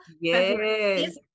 Yes